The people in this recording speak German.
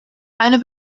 eine